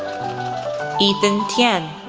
ethan tien,